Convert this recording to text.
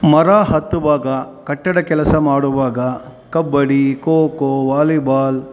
ಮರ ಹತ್ತುವಾಗ ಕಟ್ಟಡ ಕೆಲಸ ಮಾಡುವಾಗ ಕಬ್ಬಡ್ಡಿ ಖೊ ಖೋ ವಾಲಿಬಾಲ್